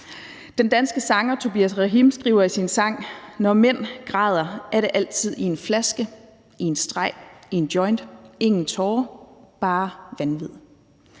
Den danske sanger Tobias Rahim skriver i sin sang, at når mænd græder, er det altid i en flaske, i en streg, i en joint, ingen tårer, bare vanvid.